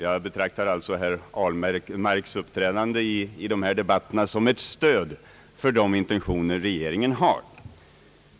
Jag betraktar alltså herr Ahlmarks uppträdande i de här debatterna som ett stöd för de intentioner regeringen har.